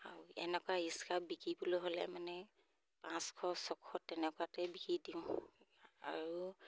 আৰু এনেকুৱা স্কাৰ্ফ বিকিবলৈ হ'লে মানে পাঁচশ ছশ তেনেকুৱাতে বিকি দিওঁ আৰু